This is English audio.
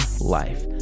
life